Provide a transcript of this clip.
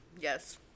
Yes